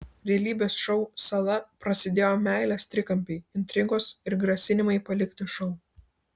realybės šou sala prasidėjo meilės trikampiai intrigos ir grasinimai palikti šou